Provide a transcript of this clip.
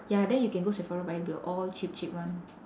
ya then you can go sephora buy the all cheap cheap one